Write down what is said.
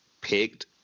picked